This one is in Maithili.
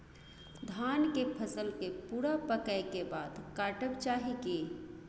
धान के फसल के पूरा पकै के बाद काटब चाही की?